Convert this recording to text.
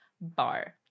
bar